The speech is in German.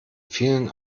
vielen